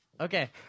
Okay